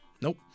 Nope